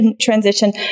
transition